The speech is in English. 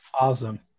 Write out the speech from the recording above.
Awesome